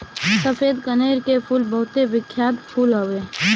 सफ़ेद कनेर के फूल बहुते बिख्यात फूल हवे